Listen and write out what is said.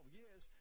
years